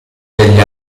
degli